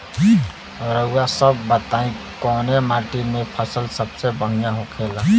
रउआ सभ बताई कवने माटी में फसले सबसे बढ़ियां होखेला?